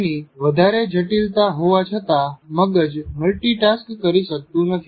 તેની વધારે જટિલતા હોવા છતાં મગજ મલ્ટીટાસ્ક કરી શકતું નથી